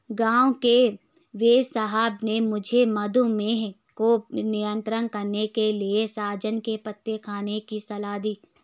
गांव के वेदसाहब ने मुझे मधुमेह को नियंत्रण करने के लिए सहजन के पत्ते खाने की सलाह दी है